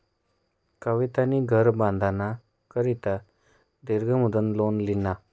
कवितानी घर बांधाना करता दीर्घ मुदतनं लोन ल्हिनं